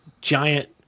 giant